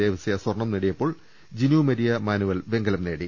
ദേവസ്യ സ്വർണം നേടിയപ്പോൾ Jinu Maria Manuel വെങ്കലം നേടി